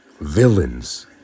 Villains